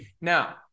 Now